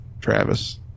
Travis